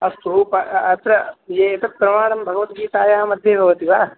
अस्तु प अत्र एतत् प्रमाणं भगवद्गीतायाः मध्ये भवति वा